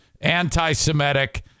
anti-semitic